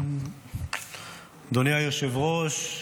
אדוני היושב-ראש,